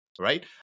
right